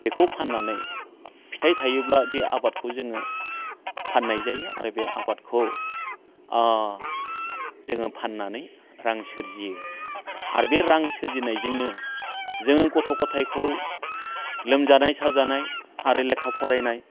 बेखौ फाननानै फिथाइ थायोब्ला बे आबादखौ जोङो फाननाय जायो आरो बे आबादाखौ जोङो फाननानै रां सोरजियो आरो बे रां सोरजिनायजोंनो जोङो गथ' गथायखौ लोमजानाय साजानाय आरो लेखा फरायनाय